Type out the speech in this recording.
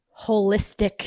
holistic